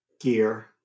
gear